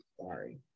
Sorry